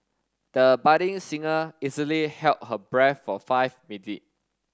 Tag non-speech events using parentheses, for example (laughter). the budding singer easily held her breath for five (unintelligible)